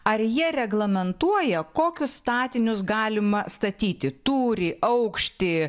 ar jie reglamentuoja kokius statinius galima statyti tūrį aukštį